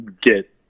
get